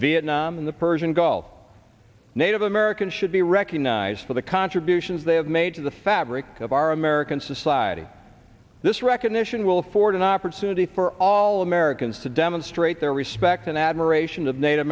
vietnam and the persian gulf native americans should be recognized for the contributions they have made to the fabric of our american society this wreck condition will afford an opportunity for all americans to demonstrate their respect and admiration of native